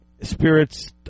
Spirits